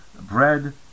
bread